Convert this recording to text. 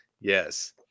Yes